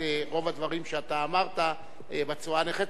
רוב הדברים שאתה אמרת בצורה הנחרצת,